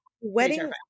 wedding